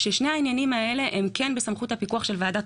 אחרי שכבר היתה התפשטות קהילתית שהיה מאוד מאוד קשה לעצור אותה.